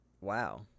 wow